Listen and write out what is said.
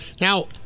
now